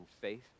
faith